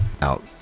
out